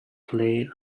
played